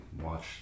watch